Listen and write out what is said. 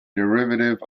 derivative